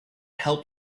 help